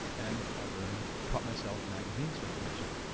and i learned, taught myself magazine circulation,